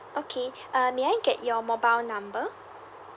okay uh may I get your mobile number